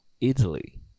Italy